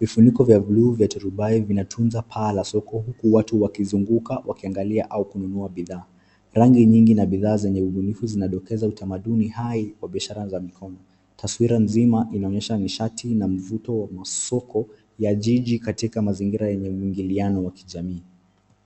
Vifuniko vya blue vya turubai vinatunza paa la soko huku watu wakizunguka, wakiangalia au kununua bidhaa. Rangi nyingi na bidhaa zenye ubunifu zinadokeza utamaduni hai kwa biashara za mikono. Taswira nzima inaonyesha nishati na mvuto wa masoko ya jiji katika mazingira yenye muingiliano wa kijamii.